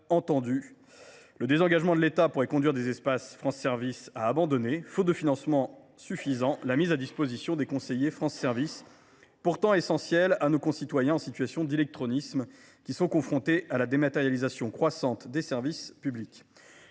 Le désengagement de l’État pourrait conduire des espaces France Services à abandonner, faute de financement suffisant, la mise à disposition de conseillers numériques. Or ceux ci jouent un rôle pourtant essentiel auprès de nos concitoyens en situation d’illectronisme qui sont confrontés à la dématérialisation croissante des services publics.